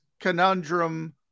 conundrum